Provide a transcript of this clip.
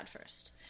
first